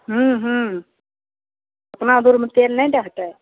हूँ हूँ ओतना दूरमे ट्रेन नहि रहतै